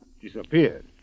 disappeared